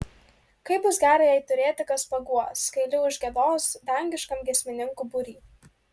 kaip bus gera jai turėti kas paguos kai li užgiedos dangiškam giesmininkų būry